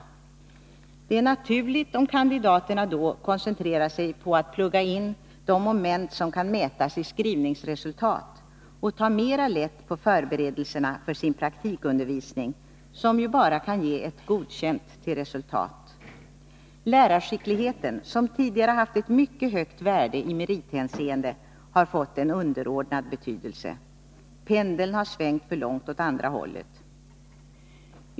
Det är naturligt om kandidaterna då koncentrerar sig på att plugga in de moment som kan mätas i skrivningsresultat och tar mera lätt på förberedelserna för sin praktikundervisning, som ju bara kan ge ett ”godkänd” till resultat. Lärarskickligheten, som tidigare haft ett mycket högt värde i merithänseende, har fått en underordnad betydelse. Pendeln har svängt för långt åt andra hållet.